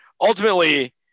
ultimately